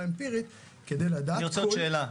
אמפירית כדי לדעת -- אני רוצה עוד שאלה.